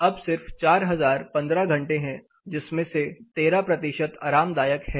अब सिर्फ 4015 घंटे हैं जिसमें से 13 आरामदायक है